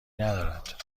ندارد